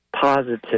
positive